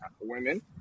women